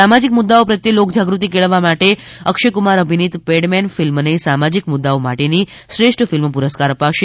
સામાજીક મુદ્દાઓ પ્રત્યે લોકજાગૃતિ કેળવવા માટે અક્ષયક્રમાર અભિનીત પેડમેન ફિલ્મને સામાજીક મુદ્દાઓ માટેની શ્રેષ્ઠ ફિલ્મ પુરસ્કાર અપાશે